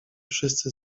wszyscy